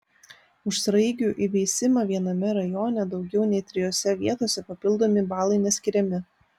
už sraigių įveisimą viename rajone daugiau nei trijose vietose papildomi balai neskiriami